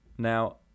Now